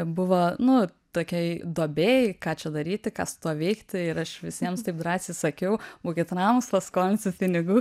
buvo nu tokioj duobėj ką čia daryti ką su tuo veikti ir aš visiems taip drąsiai sakiau būkit ramūs paskolinsiu pinigų